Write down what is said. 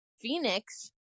phoenix